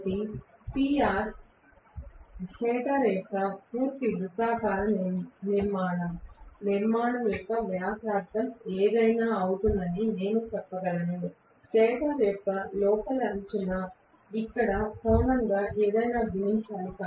కాబట్టి PR stator యొక్క పూర్తి వృత్తాకార నిర్మాణం యొక్క వ్యాసార్థం ఏమైనా అవుతుందని నేను చెప్పగలను స్టేటర్ యొక్క లోపలి అంచు ఇక్కడ కోణం ఏమైనా గుణించాలి